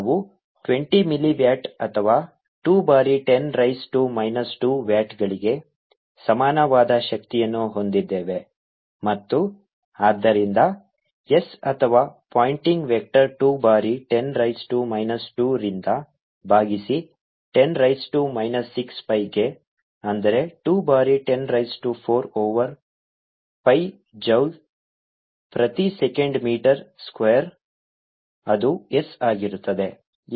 ನಾವು 20 milli watt ಅಥವಾ 2 ಬಾರಿ 10 ರೈಸ್ ಟು ಮೈನಸ್ 2 ವ್ಯಾಟ್ಗಳಿಗೆ ಸಮಾನವಾದ ಶಕ್ತಿಯನ್ನು ಹೊಂದಿದ್ದೇವೆ ಮತ್ತು ಆದ್ದರಿಂದ s ಅಥವಾ ಪಾಯಿಂಟಿಂಗ್ ವೆಕ್ಟರ್ 2 ಬಾರಿ 10 ರೈಸ್ ಟು ಮೈನಸ್ 2 ರಿಂದ ಭಾಗಿಸಿ 10 ರೈಸ್ ಟು ಮೈನಸ್ 6 ಪೈಗೆ ಅಂದರೆ 2 ಬಾರಿ 10 raise to 4 over pi joule ಪ್ರತಿ ಸೆಕೆಂಡ್ ಮೀಟರ್ ಸ್ಕ್ವೇರ್ ಅದು S ಆಗಿರುತ್ತದೆ